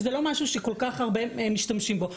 שזה לא משהו שכל כך הרבה משתמשים בו.